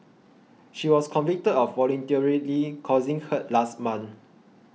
she was convicted of voluntarily causing hurt last month